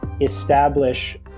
establish